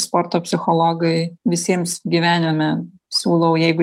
sporto psichologai visiems gyvenime siūlau jeigu